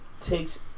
takes